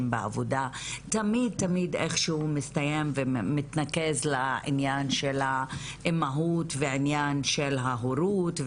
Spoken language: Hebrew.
בעבודה תמיד איכשהו מסתיים ומתנקז לעניין של האימהות ועניין של ההורות,